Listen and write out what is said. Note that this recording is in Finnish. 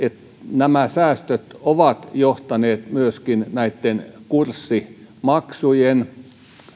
nämä säästöt ovat johtaneet myöskin näitten kurssimaksujen